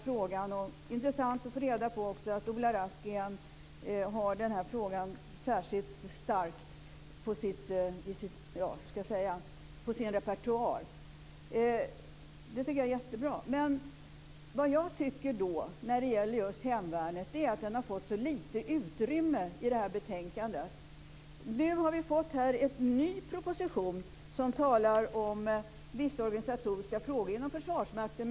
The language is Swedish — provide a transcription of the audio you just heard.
Det var också intressant att få reda på att Ola Rask har den här frågan särskilt starkt på sin repertoar. Det tycker jag är jättebra. När det gäller hemvärnet tycker jag att det har fått så lite utrymme i betänkandet. Nu har vi fått en ny proposition som talar om vissa organisatoriska frågor inom Försvarsmakten.